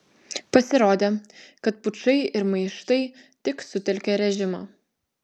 pasirodė kad pučai ir maištai tik sutelkia režimą